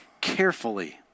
carefully